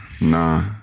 Nah